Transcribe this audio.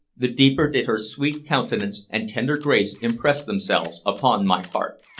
the deeper did her sweet countenance and tender grace impress themselves upon my heart.